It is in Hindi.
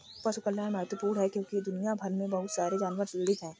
पशु कल्याण महत्वपूर्ण है क्योंकि दुनिया भर में बहुत सारे जानवर पीड़ित हैं